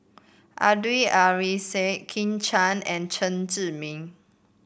Abdul Kadir Syed Kit Chan and Chen Zhiming